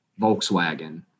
Volkswagen